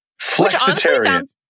Flexitarian